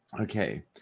Okay